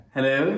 Hello